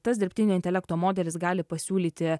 tas dirbtinio intelekto modelis gali pasiūlyti